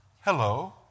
Hello